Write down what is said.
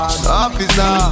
Officer